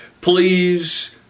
Please